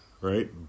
right